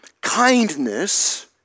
kindness